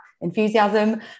enthusiasm